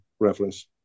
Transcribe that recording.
reference